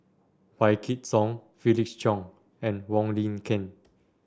Wykidd Song Felix Cheong and Wong Lin Ken